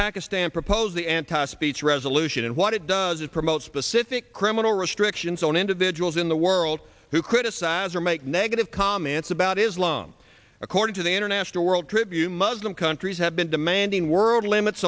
pakistan proposed the anti speech resolution and what it does it promote specific criminal restrictions on individuals in the world who criticize or make negative comments about islam according to the international world tribune muslim countries have been demanding world limits